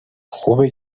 خوبه